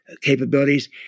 capabilities